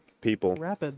people